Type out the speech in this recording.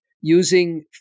using